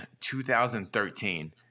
2013